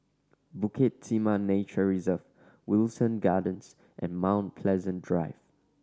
Bukit Timah Nature Reserve Wilton Gardens and Mount Pleasant Drive